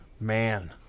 man